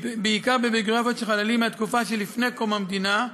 בעיקר ביוגרפיות של חללים מהתקופה שלפני קום המדינה,